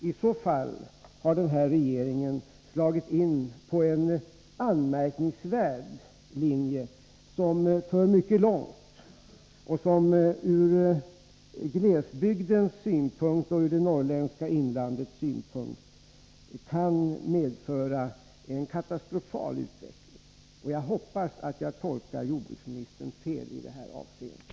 I så fall har den här regeringen slagit in på en anmärkningsvärd linje, som för mycket långt och som ur glesbygdens och det norrländska inlandets synpunkt kan medföra en katastrofal utveckling. Jag hoppas att jag tolkar jordbruksministern fel i det här avseendet.